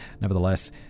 nevertheless